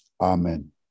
Amen